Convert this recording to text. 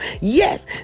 Yes